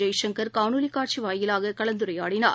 ஜெய்சங்கர் காணொலிக் காட்சிவாயிலாககலந்துரையாடினார்